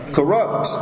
Corrupt